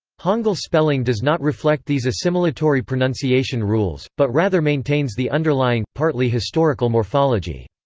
hangul spelling does not reflect these assimilatory pronunciation rules, but rather maintains the underlying, partly historical morphology.